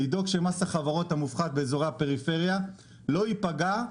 צריך לדאוג שמס החברות המופחת באזורי הפריפריה לא ייפגע,